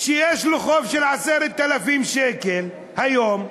שיש לו חוב של 10,000 שקלים היום,